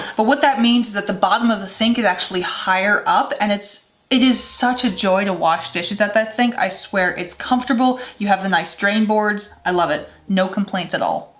but what that means is that the bottom of the sink is actually higher up and it is such a joy to wash dishes at that sink, i swear. it's comfortable, you have the nice drain boards. i love it, no complaints at all.